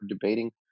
debating